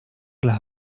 las